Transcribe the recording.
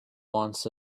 wants